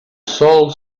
sol